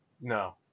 No